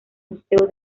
museo